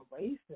racist